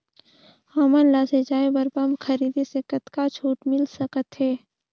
हमन ला सिंचाई बर पंप खरीदे से कतका छूट मिल सकत हे?